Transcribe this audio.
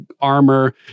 armor